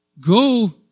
Go